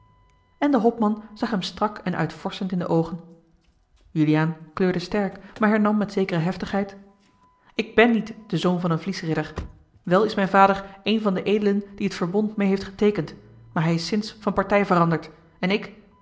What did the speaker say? en de hopman zag hem strak en uitvorschend in de oogen juliaan kleurde sterk maar hernam met zekere heftigheid ik ben niet de zoon van een vliesridder wel is mijn vader een van de edelen die het verbond meê heeft geteekend maar hij is sinds van partij veranderd en ik